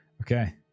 Okay